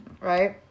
Right